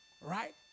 right